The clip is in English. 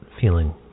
feeling